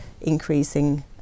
increasing